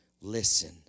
Listen